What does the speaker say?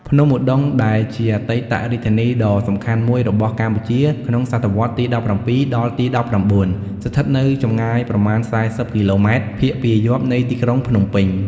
ភ្នំឧដុង្គ ដែលជាអតីតរាជធានីដ៏សំខាន់មួយរបស់កម្ពុជាក្នុងសតវត្សរ៍ទី ១៧ ដល់ទី ១៩ ស្ថិតនៅចំងាយប្រមាណ ៤០ គីឡូម៉ែត្រ ភាគពាយព្យនៃទីក្រុងភ្នំពេញ។